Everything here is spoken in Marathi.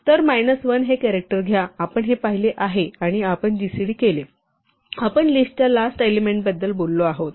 तर मायनस 1 हे कॅरॅक्टर घ्या आपण हे पाहिले आहे आणि आपण gcd केले आपण लिस्टच्या लास्ट एलिमेंट बद्दल बोललो आहोत